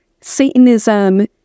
Satanism